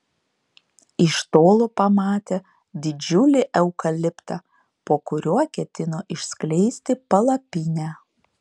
iš tolo pamatė didžiulį eukaliptą po kuriuo ketino išskleisti palapinę